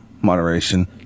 moderation